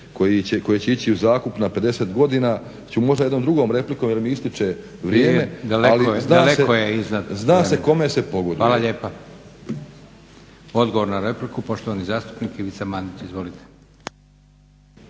koje će ići u zakup na 50 godina će možda jednom drugom replikom jer mi ističe vrijeme ali zna se kome se pogoduje. **Leko, Josip (SDP)** Hvala lijepa. Odgovor na repliku, poštovani zastupnik Ivica Mandić. Izvolite.